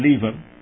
believer